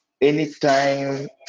anytime